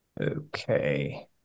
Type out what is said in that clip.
okay